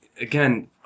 again